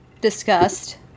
discussed